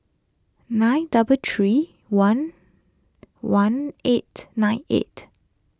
nine double three one one eight nine eight